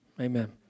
amen